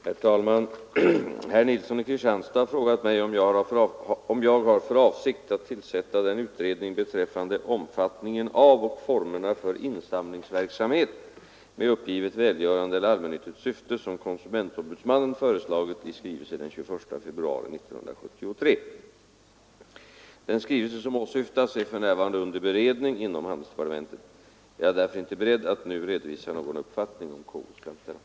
Herr talman! Herr Nilsson i Kristianstad har frågat mig om jag har för avsikt att tillsätta den utredning beträffande omfattningen av och formerna för insamlingsverksamhet med uppgivet välgörande eller allmännyttigt syfte som konsumentombudsmannen föreslagit i skrivelse den 21 februari 1973. Den skrivelse som åsyftas är för närvarande under beredning inom handelsdepartementet. Jag är därför inte beredd att nu redovisa någon uppfattning om KO s framställan.